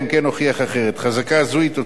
חזקה זו היא תוצרת הפסיקה,